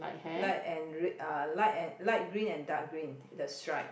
light and re~ uh light and light green and dark green the stripe